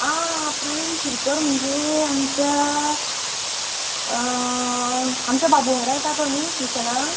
आं प्रवीण शिलकर म्हणजे आमच्या आमच्या बाबू वांगडा येता तो न्ही ट्युशनांग